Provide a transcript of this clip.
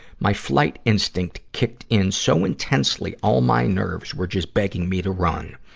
my flight instinct kicked in so intensely, all my nerves were just begging me to run.